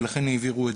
ולכן העבירו את